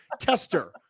tester